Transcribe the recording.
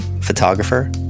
photographer